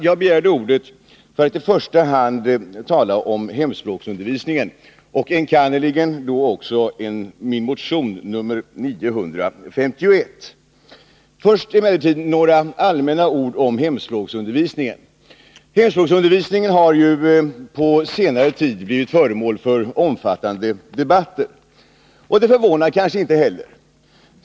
Jag begärde ordet för att i första hand tala om hemspråksundervisning och enkannerligen då också min motion 951. Först emellertid några allmänna ord om hemspråksundervisningen. Hemspråksundervisningen har ju på senare tid blivit föremål för omfattande debatter. Det förvånar kanske inte heller.